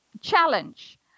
challenge